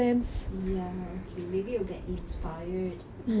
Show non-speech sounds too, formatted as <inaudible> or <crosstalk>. ya okay maybe you get inspired <laughs>